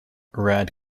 rad